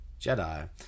Jedi